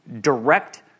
direct